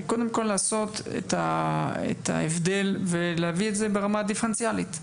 קודם כל לעשות את ההבדל ולהביא את זה ברמה דיפרנציאלית.